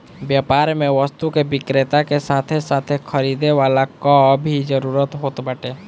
व्यापार में वस्तु के विक्रेता के साथे साथे खरीदे वाला कअ भी जरुरत होत बाटे